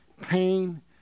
pain